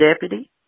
deputy